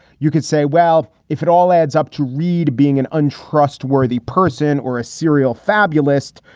you could say, well, if it all adds up to reid being an untrustworthy person or a serial fabulist,